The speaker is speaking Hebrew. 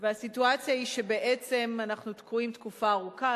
והסיטואציה היא שבעצם אנחנו תקועים תקופה ארוכה.